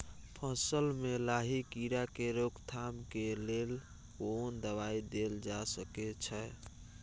फसल में लाही कीरा के रोकथाम के लेल कोन दवाई देल जा सके छै?